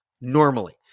Normally